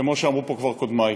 כמו שאמרו פה כבר קודמי.